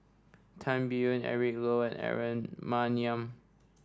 Tan Biyun Eric Low and Aaron Maniam